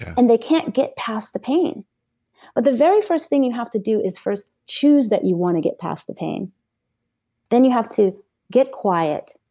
and they can't get past the pain but the very first thing you and have to do is first choose that you want to get past the pain then you have to get quiet,